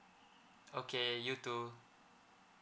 okay you too